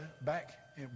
back